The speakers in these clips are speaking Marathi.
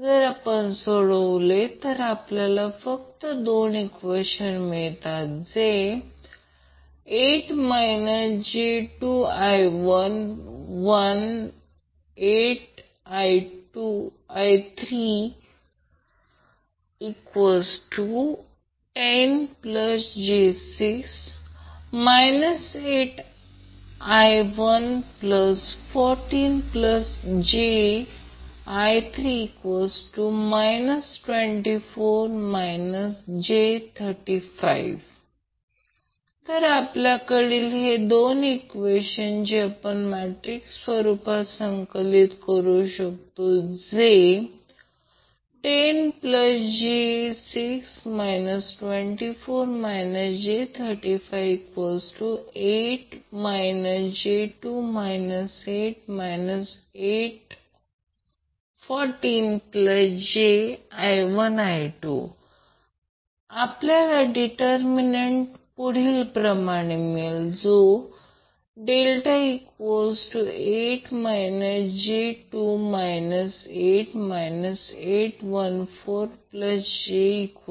जर आपण सोडवले तर आपल्याला फक्त 2 ईक्वेशन मिळतात जसे 8 j2I1 8I310j6 8I114jI3 24 j35 तर आपल्याकडील हे 2 ईक्वेशन जी आपण मॅट्रिक्स रूपात संकलित करूया जसे 10j6 24 j358 j2 8 8 14jI1 I2 आपल्याला डीटरमीनंट असा मिळेल ∆8 j2 8 8 14j 50 j20 ∆110j6 8 24 j35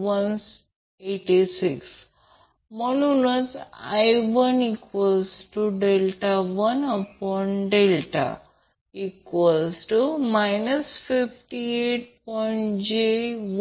14j 58 j186 म्हणून I1∆1∆ 58 j18650 j203